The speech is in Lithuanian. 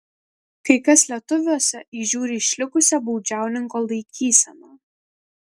kai kas lietuviuose įžiūri išlikusią baudžiauninko laikyseną